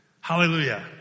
hallelujah